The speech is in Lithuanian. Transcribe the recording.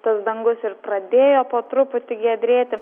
tas dangus ir pradėjo po truputį giedrėti